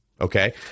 okay